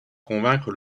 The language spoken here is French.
convaincre